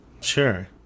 Sure